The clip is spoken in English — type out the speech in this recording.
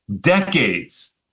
decades